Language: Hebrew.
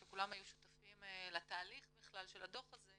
שכולם היו שותפים לתהליך של הדו"ח הזה,